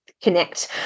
connect